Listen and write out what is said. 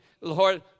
Lord